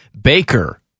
Baker